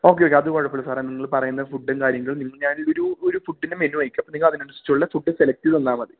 okay ഒക്കെ അത് കുഴപ്പമില്ല സാറെ നിങ്ങള് പറയുന്ന ഫുഡും കാര്യങ്ങളും നിങ്ങൾക്ക് ഞാനൊരു ഒരു ഫുഡിൻ്റെ മെനു അയക്കാം നിങ്ങളതിനനുസരിച്ചുള്ള ഫുഡ് സെലക്ട് ചെയ്തുതന്നാല് മതി